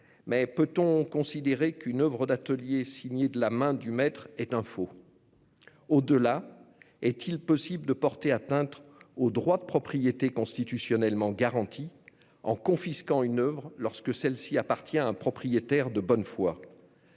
? Peut-on considérer qu'une oeuvre d'atelier signée de la main du maître est un faux ? Est-il possible de porter atteinte au droit de propriété, garanti par la Constitution, en confisquant une oeuvre lorsque celle-ci appartient à un propriétaire de bonne foi ?